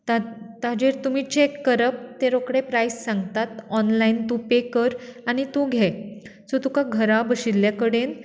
ताजेर तुमी चॅक करप ते रोखडे प्रायस सांगतात ऑनलायन तूं पे कर आनी तूं घे सो तुका घरा बशिल्ले कडेन